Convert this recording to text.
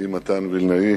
ידידי מתן וילנאי